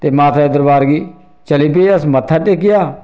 ते माता दे दरबार गी चली पे अस मत्था टेकेआ